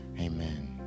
amen